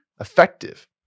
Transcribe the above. effective